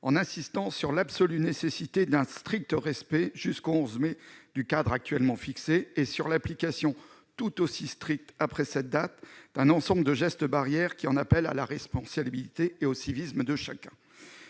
en insistant sur l'absolue nécessité d'un strict respect du cadre actuellement fixé, et ce jusqu'au 11 mai, et sur l'application, tout aussi stricte, après cette date, d'un ensemble de gestes barrières qui appellent à la responsabilité et au civisme de chacun.